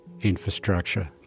infrastructure